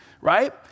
Right